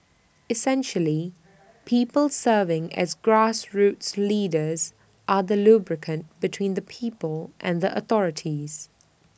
essentially people serving as grassroots leaders are the lubricant between the people and the authorities